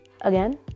Again